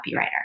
copywriter